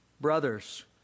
Brothers